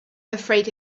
afraid